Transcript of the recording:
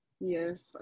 Yes